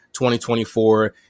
2024